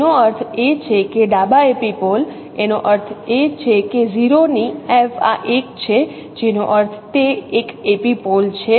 તેનો અર્થ એ છે કે ડાબા એપિપોલ એનો અર્થ એ કે 0 ની F આ 1 છે જેનો અર્થ તે એક એપિપોલ છે